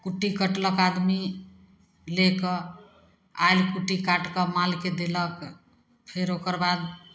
कुट्टी कटलक आदमी ले कऽ आयल कुट्टी काटि कऽ मालके देलक फेर ओकर बाद